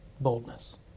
Boldness